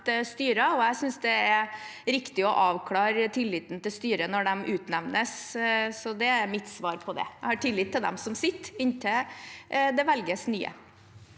Jeg synes det er riktig å avklare tilliten til styret når det utnevnes, så det er mitt svar på det. Jeg har tillit til dem som sitter inntil det velges nye.